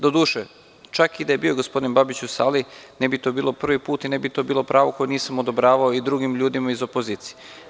Doduše, čak i da je bio gospodin Babić u sali, ne bi to bilo prvi put i ne bi to bilo pravo koje nisam odobravao i drugim ljudima iz opozicije.